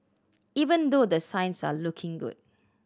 even though the signs are looking good